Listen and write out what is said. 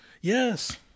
Yes